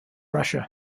russia